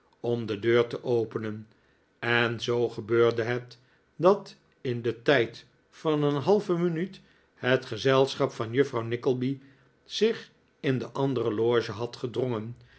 om de deur te openen en zoo gebeurde het dat in den tijd van een halve minuut het gezelschap van juffrouw nickleby zich in de andere loge had gedrongen